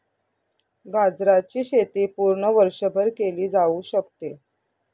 गाजराची शेती पूर्ण वर्षभर केली जाऊ शकते